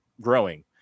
growing